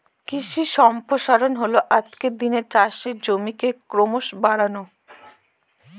কৃষি সম্প্রসারণ হল আজকের দিনে চাষের জমিকে ক্রমশ বাড়ানো